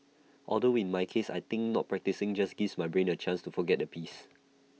although in my case I think not practising just gives my brain A chance to forget the piece